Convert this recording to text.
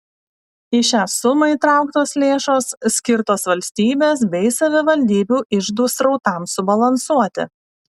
į šią sumą įtrauktos lėšos skirtos valstybės bei savivaldybių iždų srautams subalansuoti